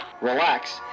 relax